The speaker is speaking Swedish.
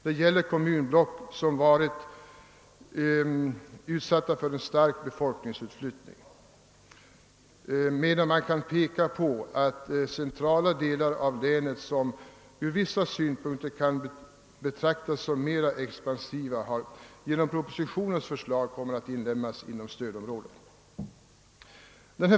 Det gäller kommunblock som varit utsatta för stark befolkningsutflyttning, medan man kan peka på att centrala delar av länet, som från vissa synpunkter kan betraktas som mera expansiva, genom propositionens förslag kommer att inlemmas i stödområdet.